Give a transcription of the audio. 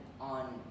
on